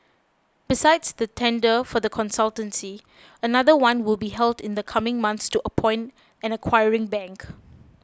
besides the tender for the consultancy another one will be held in the coming months to appoint an acquiring bank